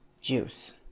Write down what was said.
juice